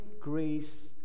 grace